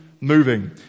moving